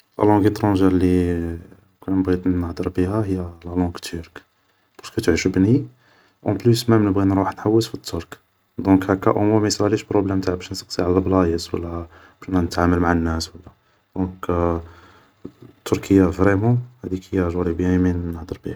لا لونق ايترونجار الي و كان بغيت نهضر بيها هي لا لونق تورك, بارسكو تعجبني اون بليس نبغي مام نروح نحوس في الترك دونك هاكا اوموان ما يسراليش بروبلام تاع نبغي نسقسي على بلايص و لا نبغي نتعامل مع الناس, دونك التريكية فريمون هي اللي جوري بيان ايمي نهدر بيها